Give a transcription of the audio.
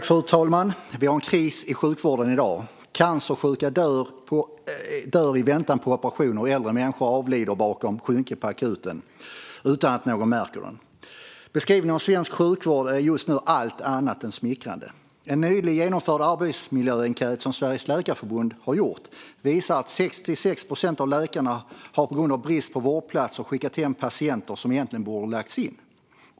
Fru talman! Vi har en kris i sjukvården i dag. Cancersjuka dör i väntan på operation, och äldre människor avlider bakom skynken på akuten utan att något märker det. Beskrivningen av svensk sjukvård är just nu allt annat än smickrande. En arbetsmiljöenkät som Sveriges Läkarförbund nyligen genomfört visar att 66 procent av läkarna på grund av brist på vårdplatser har skickat hem patienter som egentligen borde ha lagts in.